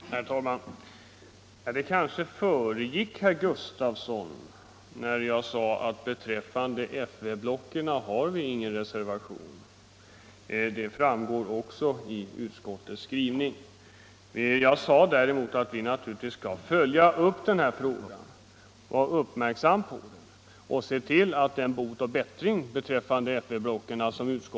Herr talman! Det kanske förbigick herr Gustavsson i Alvesta att jag sade att vi inte har någon reservation beträffande FV-blocken. Det framgår också av utskottets betänkande. Däremot skall vi, sade jag, följa den här frågan med uppmärksamhet och se till att utskottets löfte om bot och bättring beträffande FV-blocken infrias.